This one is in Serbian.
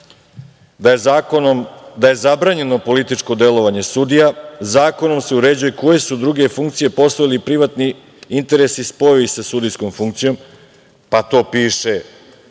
da je zabranjeno političko delovanje sudija – zakonom se uređuje koje su druge funkcije, posao ili privatni interesi spojeni sa sudijskom funkcijom, pa to piše